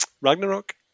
Ragnarok